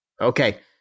Okay